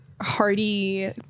hearty